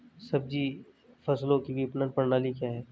सब्जी फसलों की विपणन प्रणाली क्या है?